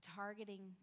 targeting